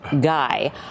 guy